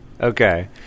Okay